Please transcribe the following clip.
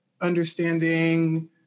understanding